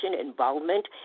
involvement